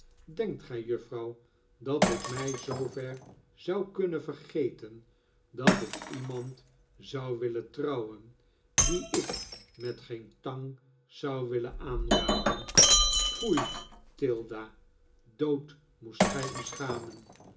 denkt gij juffrouw dat ik mij zoover zou kunnen vergeten dat ik iemand zou willen trouwen dien ik met geen tang zou willen aanraken foei tilda dood moest gij u schamen